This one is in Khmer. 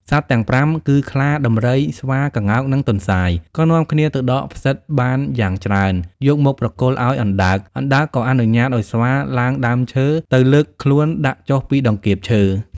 សត្វទាំង៥ គឺខ្លា ដំរី ស្វា ក្ងោក និងទន្សាយ ក៏នាំគ្នាទៅដកផ្សិតបានយ៉ាងច្រើន យកមកប្រគល់ឲ្យអណ្ដើក អណ្ដើកក៏អនុញ្ញាតឲ្យស្វាឡើងដើមឈើ ទៅលើកខ្លួនដាក់ចុះពីតង្កៀបឈើ។